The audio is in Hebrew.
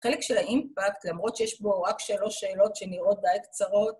חלק של האימפקט, למרות שיש בו רק שלוש שאלות שנראות די קצרות...